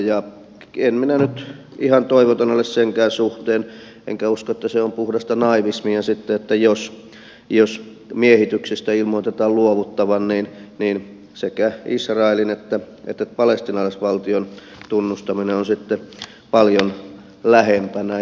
ja en minä nyt ihan toivoton ole senkään suhteen enkä usko että se on sitten puhdasta naivismia että jos miehityksestä ilmoitetaan luovuttavan niin sekä israelin että palestiinalaisvaltion tunnustaminen on sitten paljon lähempänä